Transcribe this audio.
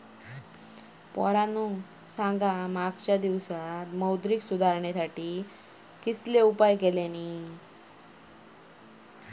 पोरांनो सांगा मागच्या दिवसांत मौद्रिक सुधारांसाठी कोणते उपाय केल्यानी?